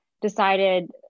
decided